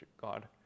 God